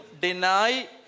Deny